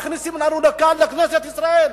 מכניסים לנו לכאן, לכנסת ישראל?